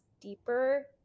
deeper